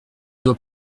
doit